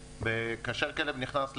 כאשר כלב נכנס לתהליך,